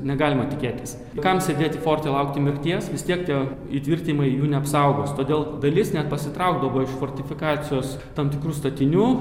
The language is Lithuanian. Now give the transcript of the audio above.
negalima tikėtis kam sėdėti forte laukti mirties vis tiek tie įtvirtinimai jų neapsaugos todėl dalis net pasitraukdavo iš fortifikacijos tam tikrų statinių